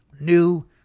new